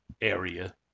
area